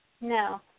No